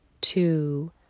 two